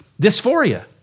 dysphoria